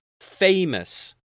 famous